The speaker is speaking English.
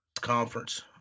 conference